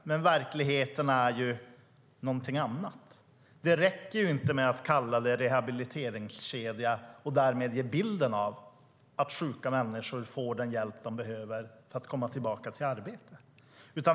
Men verkligheten är någonting annat. Det räcker inte med att kalla det rehabiliteringskedja och därmed ge bilden av att sjuka människor får den hjälp de behöver för att komma tillbaka till arbete.